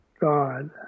God